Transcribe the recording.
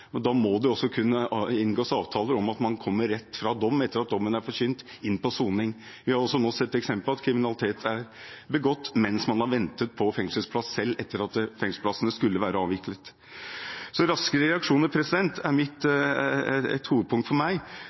da må det også kunne inngås avtaler om at man kommer rett fra dom, etter at dommen er forkynt, inn til soning. Vi har også nå sett eksempler på at kriminalitet er begått mens man har ventet på fengselsplass, selv etter at fengselskøene skulle være avviklet. Så raskere reaksjoner er et hovedpunkt for meg.